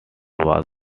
was